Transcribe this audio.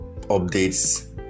updates